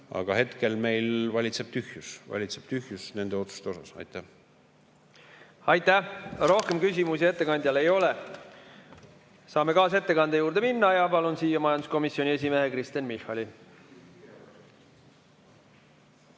Aga hetkel valitseb meil tühjus nende otsuste osas. Aitäh! Rohkem küsimusi ettekandjale ei ole. Saame kaasettekande juurde minna ja palun siia majanduskomisjoni esimehe Kristen Michali.